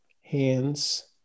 hands